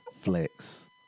Flex